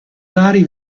vari